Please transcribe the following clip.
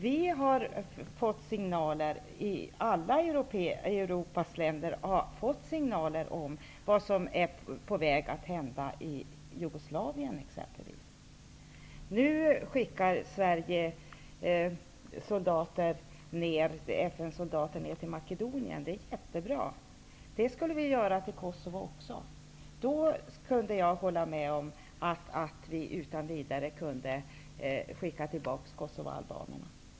Sverige och alla andra europeiska länder har fått signaler om vad som är på väg att hända exempelvis i Jugoslavien. Nu skickar Sverige FN soldater till Makedonien, och det är jättebra. Det skulle vi göra också till Kosovo. Då kunde jag hålla med om att vi utan vidare kunde skicka till baka kosovoalbanerna.